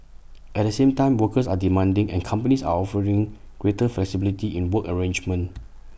at the same time workers are demanding and companies are offering greater flexibility in work arrangements